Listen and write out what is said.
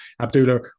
Abdullah